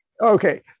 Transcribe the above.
Okay